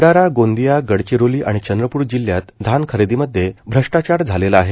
भंडारा गोंदिया गडचिरोली आणि चंद्रप्र जिल्ह्यात धान खरेदीमध्ये भ्रष्टाचार झालेला आहे